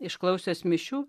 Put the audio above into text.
išklausęs mišių